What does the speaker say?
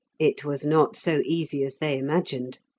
it was not so easy as they imagined.